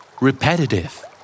Repetitive